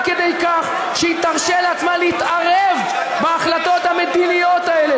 כדי כך שהיא תרשה לעצמה להתערב בהחלטות המדיניות האלה.